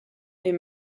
est